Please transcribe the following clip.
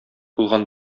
булган